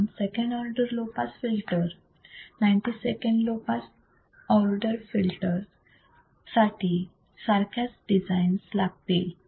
म्हणून second order low pass filter 9second low pass order filters साठी सारख्याच designs लागतील